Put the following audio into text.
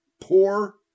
poor